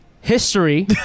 History